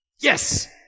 Yes